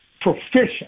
proficient